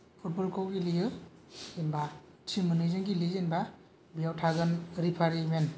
फुटबलखौ गेलेयो जेनबा थिम मोन्नैजों गेलेयो जेनबा बेयाव थागोन रिफारिमेन